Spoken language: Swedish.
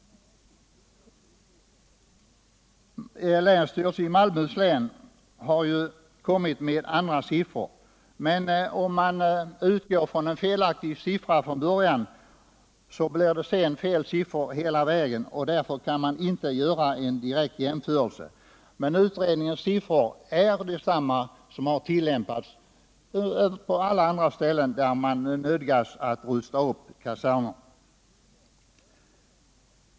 Länsstyrelsen i Malmöhus län har lagt fram andra siffror. Men om man från början utgår från en felaktig siffra, blir beräkningarna felaktiga hela vägen, och därför kan man inte göra en direkt jämförelse i det fallet. Utredningen har dock räknat på samma sätt som man gjort på andra ställen, där man nödgats rusta upp kaserner.